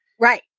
Right